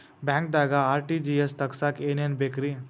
ಬ್ಯಾಂಕ್ದಾಗ ಆರ್.ಟಿ.ಜಿ.ಎಸ್ ತಗ್ಸಾಕ್ ಏನೇನ್ ಬೇಕ್ರಿ?